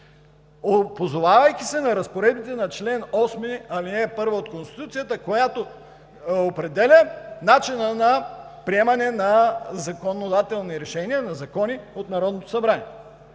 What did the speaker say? позовавайки се на разпоредбите на чл. 8, ал. 1 от Конституцията, която определя начина на приемане на законодателни решения, на закони от Народното събрание.